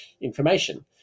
information